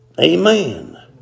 Amen